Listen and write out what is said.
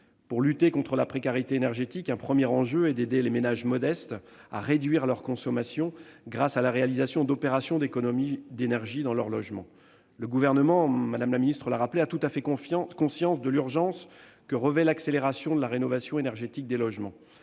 Pour lutter contre la précarité énergétique, un premier enjeu est d'aider les ménages modestes à réduire leur consommation grâce à la réalisation d'opérations d'économies d'énergie dans leur logement. Le Gouvernement- Mme la secrétaire d'État l'a rappelé -a tout à fait conscience de l'urgence que revêt l'accélération de la rénovation énergétique des logements.